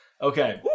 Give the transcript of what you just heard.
Okay